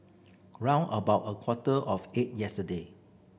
round about a quarter of eight yesterday